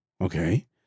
okay